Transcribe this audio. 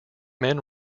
men